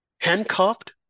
handcuffed